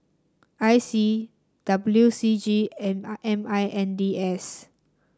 I C W C G and I M I N D S